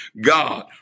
God